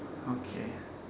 okay